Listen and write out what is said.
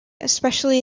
especially